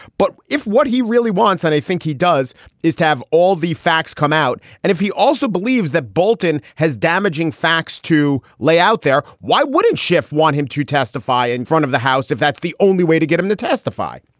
but if what he really wants and i think he does is to have all the facts come out, and if he also believes that bolton has damaging facts to lay out there, why wouldn't schiff want him to testify in front of the house if that's the only way to get him to testify?